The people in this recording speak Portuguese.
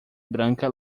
branca